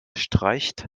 streicht